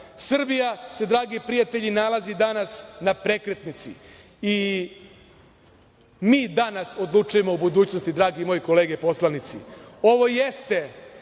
Srbija se, dragi prijatelji, nalazi danas na prekretnici. Mi danas odlučujemo o budućnosti, drage moje kolege poslanici. Ovo jeste,